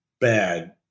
bad